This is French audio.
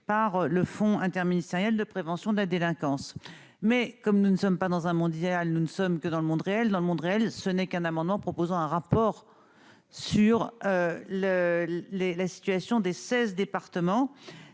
par le Fonds interministériel de prévention de la délinquance, mais comme nous ne sommes pas dans un Mondial, nous ne sommes que dans le monde réel dans le monde réel, ce n'est qu'un amendement proposant un rapport sur le les la situation des 16 départements